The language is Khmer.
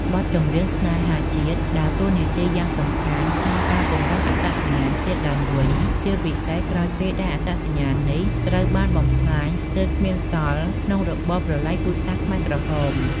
បទចម្រៀងស្នេហាជាតិដើរតួនាទីយ៉ាងសំខាន់ក្នុងការ ពង្រឹងអត្តសញ្ញាណជាតិ ឡើងវិញ ជាពិសេសក្រោយពេលដែលអត្តសញ្ញាណនេះត្រូវបានបំផ្លាញស្ទើរគ្មានសល់ក្នុងរបបប្រល័យពូជសាសន៍ខ្មែរក្រហម។